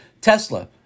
Tesla